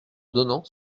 donnant